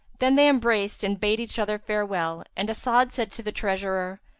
then they embraced and bade each other farewell, and as'ad said to the treasurer,